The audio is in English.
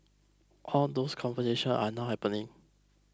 all those conversations are now happening